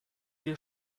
wir